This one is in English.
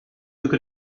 could